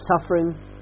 suffering